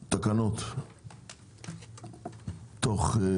הבטחתם שיהיו תקנות והתקנות לא